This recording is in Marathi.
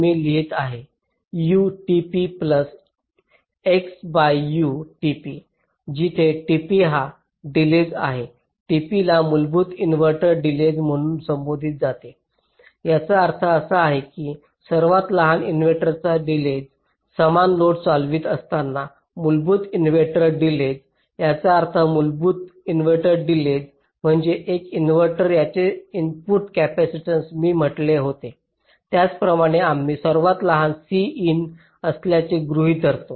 मी लिहीत आहे जिथे tp हा डिलेज आहे tp ला मूलभूत इन्व्हर्टर डिलेज म्हणून संबोधले जाते याचा अर्थ असा की सर्वात लहान इनव्हर्टरचा डिलेज समान लोड चालवित असताना मूलभूत इनव्हर्टर डिलेज याचा अर्थ मूलभूत इन्व्हर्टर डिलेज म्हणजे एक इनव्हर्टर ज्याचे इनपुट कॅपेसिटन्स मी म्हटले होते त्याप्रमाणे आम्ही सर्वात लहान Cin असल्याचे गृहित धरतो